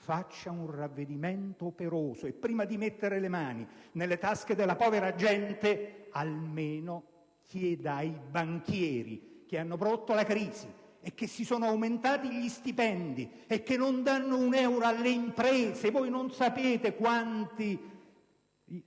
operi un ravvedimento operoso e, prima di mettere le mani nelle tasche della povera gente, si rivolga almeno ai banchieri che hanno prodotto la crisi, che si sono aumentati gli stipendi, che non danno un euro alle imprese (e non sapete quante